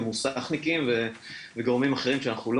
מוסכניקים וגורמים אחרים שאנחנו לא